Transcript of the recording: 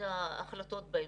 ההחלטות בהמשך.